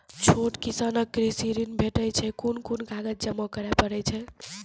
छोट किसानक कृषि ॠण भेटै छै? कून कून कागज जमा करे पड़े छै?